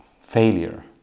failure